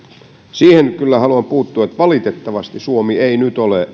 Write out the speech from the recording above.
siihen kyllä haluan puuttua että valitettavasti suomi ei nyt ole